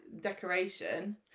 decoration